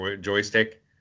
joystick